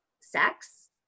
sex